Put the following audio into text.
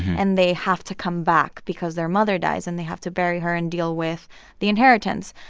and they have to come back because their mother dies, and they have to bury her and deal with the inheritance.